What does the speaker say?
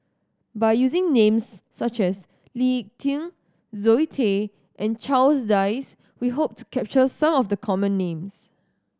by using names such as Lee Tieng Zoe Tay and Charles Dyce we hope to capture some of the common names